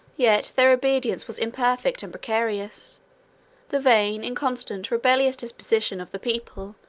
yet their obedience was imperfect and precarious the vain, inconstant, rebellious disposition of the people,